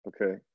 Okay